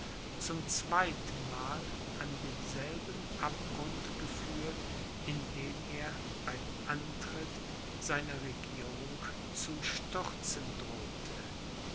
zum zweitenmal an denselben abgrund geführt in den er beim antritt seiner regierung zu stürzen drohte